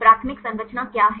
प्राथमिक संरचना क्या है